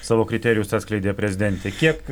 savo kriterijus atskleidė prezidentė kiek